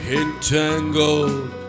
entangled